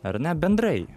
ar ne bendrai